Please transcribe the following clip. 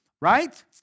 right